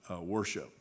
worship